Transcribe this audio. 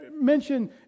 mention